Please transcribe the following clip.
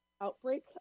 outbreak